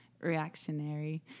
reactionary